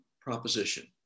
proposition